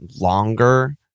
longer